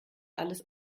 alles